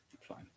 fine